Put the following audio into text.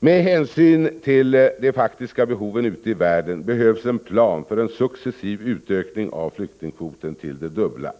Med hänsyn till de faktiska behoven ute i världen behövs en plan för en successiv utökning av flyktingkvoten till det dubbla.